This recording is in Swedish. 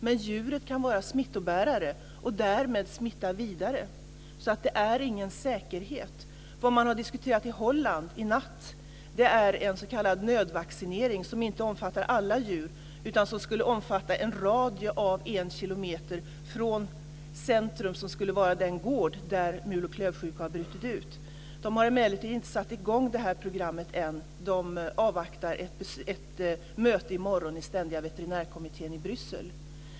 Men djuret kan vara smittobärare och därmed smitta vidare. Så det är ingen säkerhet. Vad man har diskuterat i Holland i natt är en s.k. nödvaccinering som inte omfattar alla djur utan som skulle omfatta en radie av 1 km från centrum, vilket skulle vara den gård där mul och klövsjuka har brutit ut. De har emellertid inte satt i gång det här programmet än. De avvaktar ett möte i morgon i Ständiga veterinärkommittén i Bryssel.